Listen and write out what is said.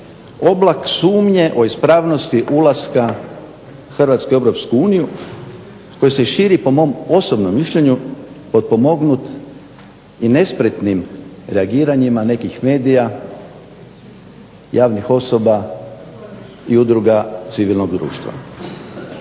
oblak sumnje o ispravnosti ulaska Hrvatske u EU koji se širi po mom osobnom mišljenju potpomognut i nespretnim reagiranjima nekih medija, javnih osoba i udruga civilnog društva.